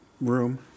room